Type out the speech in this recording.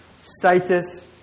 status